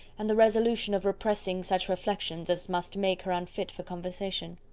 and the resolution of repressing such reflections as must make her unfit for conversation.